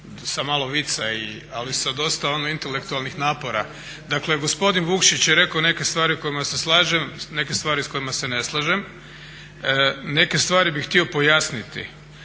sa malo vica, ali sa dosta ono intelektualnih napora. Dakle gospodin Vukšić je rekao neke stvari s kojima se slažem, neke stvari s kojima se ne slažem. Neke stvari bi htio pojasniti.